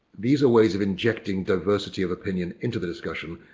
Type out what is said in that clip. these are ways of injecting diversity of opinion into the discussion.